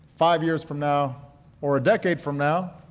five years from now or a decade from now,